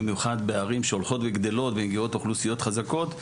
בעיקר בערים שהולכות וגדלות ומגיעות אוכלוסיות חזקות,